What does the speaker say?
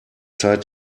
zeit